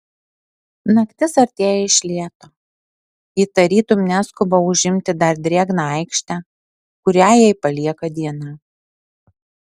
naktis artėja iš lėto ji tarytum neskuba užimti dar drėgną aikštę kurią jai palieka diena